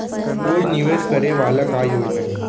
रोज निवेश करे वाला का योजना हे?